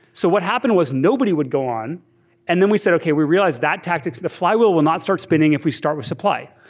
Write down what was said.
so what happened was nobody would go on and then we said, aeuroeokay, we realized that tactic. the flywheel will not start spinning if we start with supply.